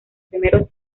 primeros